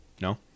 No